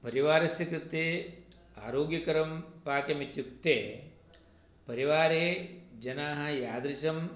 परिवारस्य कृते आरोग्यकरं पाकम् इत्युक्ते परिवारे जनाः यादृशं